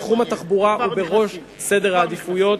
תחום התחבורה הוא בראש סדר העדיפויות.